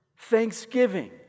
Thanksgiving